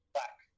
Black